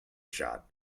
shot